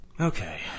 Okay